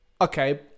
Okay